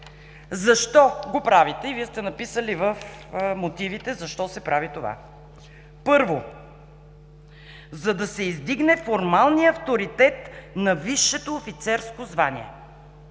Защо го правите? И Вие сте написали в мотивите защо се прави това. Първо: „за да се издигне формалният авторитет на висшето офицерско звание”.